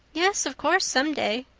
yes, of course, someday.